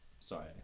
Sorry